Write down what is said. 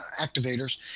activators